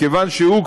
מכיוון שהוא,